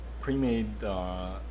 pre-made